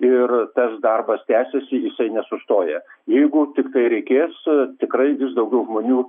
ir tas darbas tęsiasi jisai nesustoja jeigu tiktai reikės tikrai vis daugiau žmonių